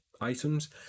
items